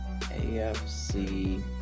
AFC